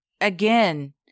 again